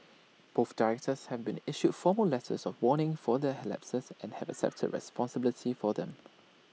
both directors have been issued formal letters of warning for their lapses and have accepted responsibility for them